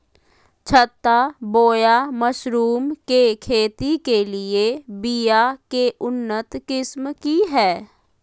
छत्ता बोया मशरूम के खेती के लिए बिया के उन्नत किस्म की हैं?